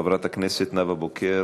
חברת הכנסת נאוה בוקר,